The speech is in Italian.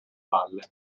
valle